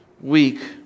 week